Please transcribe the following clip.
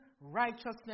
Righteousness